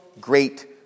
great